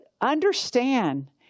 understand